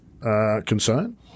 concern